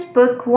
Book